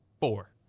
four